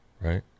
right